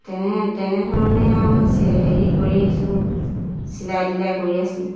তেনে তেনেধৰণে আৰু হেৰি কৰিছোঁ চিলাই তিলাই কৰি আছোঁ